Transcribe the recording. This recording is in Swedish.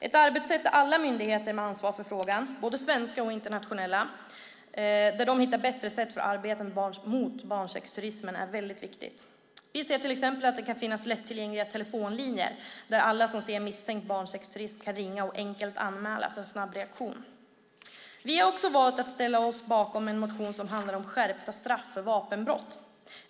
Ett arbetssätt där alla myndigheter med ansvar för frågan, både svenska och internationella, hittar bättre sätt att arbeta mot barnsexturismen är väldigt viktigt. Vi ser till exempel att det kan finnas lättillgängliga telefonlinjer dit alla som ser misstänkt barnsexturism kan ringa och enkelt anmäla för en snabb reaktion. Vi har också valt att ställa oss bakom en motion som handlar om skärpta straff för vapenbrott.